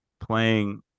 playing